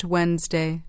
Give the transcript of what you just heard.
Wednesday